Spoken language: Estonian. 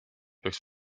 peaks